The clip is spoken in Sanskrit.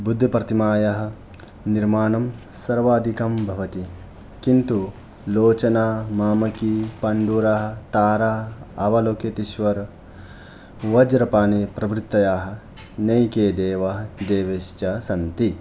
बुद्धप्रतिमायाः निर्माणं सर्वाधिकं भवति किन्तु लोचना मामकी पाण्डुरा तारा अवलोकितेश्वर वज्रपाणि प्रभृतयः अनेके देवाः देवीश्च सन्ति